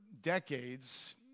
decades